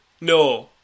No